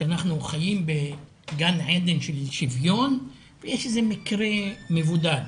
שאנחנו חיים בגן עדן של שוויון ויש איזה מקרה מבודד.